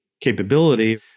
capability